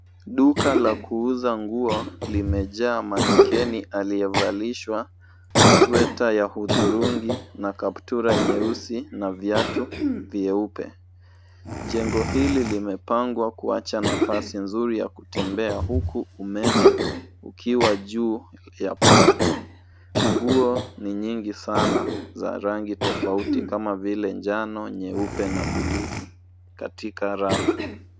Duka la kuuza nguo limejaa manikeni aliyevalishwa sweta ya hudhurungi na kaptura nyeusi na viatu vyeupe. Jengo hili limepangwa kuacha nafasi nzuri ya kutembea huku umeme ukiwa juu ya paa. Nguo ni nyingi sana za rangi tofauti kama vile njano, nyeupe na bluu katika rafu.